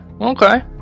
okay